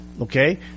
okay